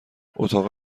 اتاق